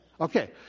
Okay